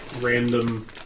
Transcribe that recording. random